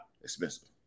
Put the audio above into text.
expensive